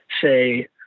say